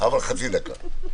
אבל חצי דקה.